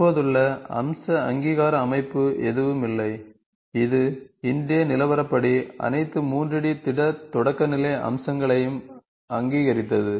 தற்போதுள்ள அம்ச அங்கீகார அமைப்பு எதுவும் இல்லை இது இன்றைய நிலவரப்படி அனைத்து 3D திட தொடக்கநிலை அம்சங்களையும் அங்கீகரித்தது